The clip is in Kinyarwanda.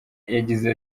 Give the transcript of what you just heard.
yagize